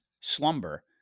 slumber